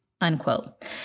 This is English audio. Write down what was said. unquote